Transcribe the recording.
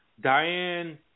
Diane